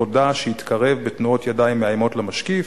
הודה שהתקרב בתנועות ידיים מאיימות למשקיף.